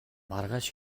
маргааш